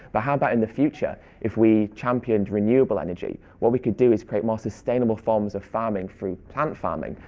but how about in the future, if we championed renewable energy? what we could do is create more sustainable forms of farming through plant farming,